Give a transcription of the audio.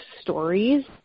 stories